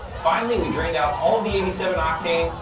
finally, we drained out all of the eighty seven octane,